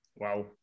Wow